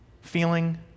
feeling